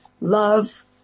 Love